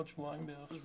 בעוד שבועיים בערך.